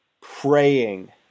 praying